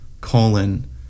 colon